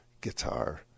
guitar